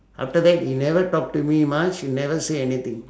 after that he never talk to me much he never say anything